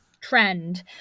trend